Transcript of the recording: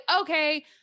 okay